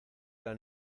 era